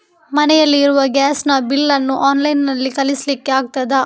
ಮನೆಯಲ್ಲಿ ಇರುವ ಗ್ಯಾಸ್ ನ ಬಿಲ್ ನ್ನು ಆನ್ಲೈನ್ ನಲ್ಲಿ ಕಳಿಸ್ಲಿಕ್ಕೆ ಆಗ್ತದಾ?